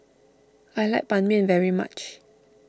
I like Ban Mian very much